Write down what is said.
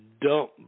dump